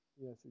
Yes